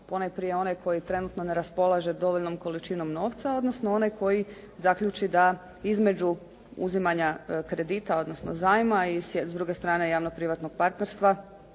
Ponajprije onaj koji trenutno ne raspolaže dovoljnom količinom novca odnosno onaj koji zaključi da između uzimanja kredita odnosno zajma i s druge strane javno-privatnog partnerstva